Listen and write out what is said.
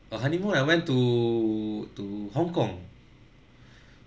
a honeymoon I went to to hong kong